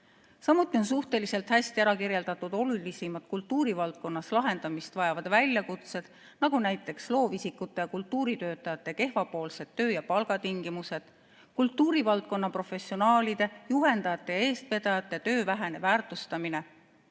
Samuti on suhteliselt hästi ära kirjeldatud olulisimad kultuurivaldkonnas lahendamist vajavad väljakutsed, näiteks loovisikute ja kultuuritöötajate kehvapoolsed töö- ja palgatingimused, kultuurivaldkonna professionaalide, juhendajate ja eestvedajate töö vähene väärtustamine,